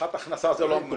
הבטחת הכנסה זה לא המטופל,